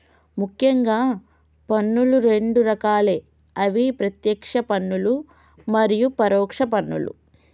ముఖ్యంగా పన్నులు రెండు రకాలే అవి ప్రత్యేక్ష పన్నులు మరియు పరోక్ష పన్నులు